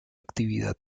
actividad